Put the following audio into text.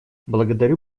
благодарю